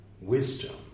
wisdom